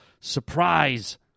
surprise